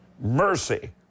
Mercy